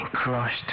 crushed